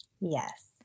Yes